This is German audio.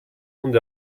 und